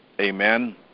Amen